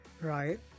right